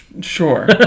Sure